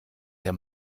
der